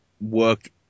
work